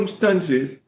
circumstances